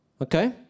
Okay